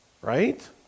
Right